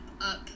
up